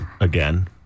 again